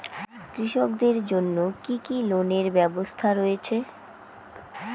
কৃষকদের জন্য কি কি লোনের ব্যবস্থা রয়েছে?